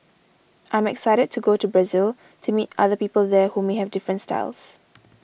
I'm excited to go to Brazil to meet other people there who may have different styles